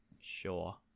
Sure